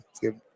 give